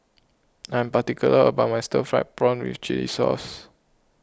I am particular about my Stir Fried Prawn with Chili Sauce